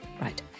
right